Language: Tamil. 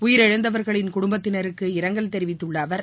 உயிரிழந்தவர்களின் குடும்பத்தினருக்கு இரங்கல் தெரிவித்துள்ள அவர்